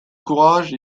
courage